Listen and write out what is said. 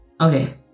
Okay